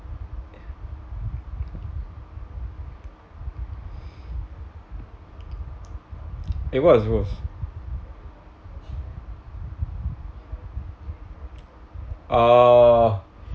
oh